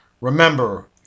Remember